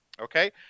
okay